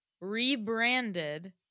rebranded